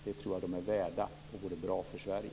De är värda det, och det vore bra för Sverige.